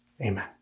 amen